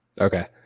Okay